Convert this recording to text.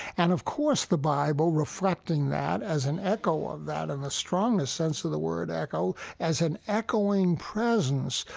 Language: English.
and of course the bible, reflecting that as an echo of that in the strongest sense of the word echo, as an echoing presence,